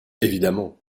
évidemment